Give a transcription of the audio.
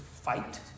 fight